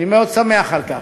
אני מאוד שמח על כך.